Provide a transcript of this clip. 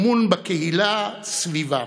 אמון בקהילה סביבם.